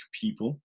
people